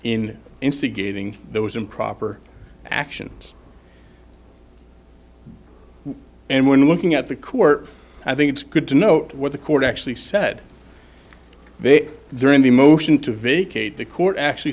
in instigating those improper actions and when looking at the court i think it's good to know what the court actually said during the motion to vacate the court actually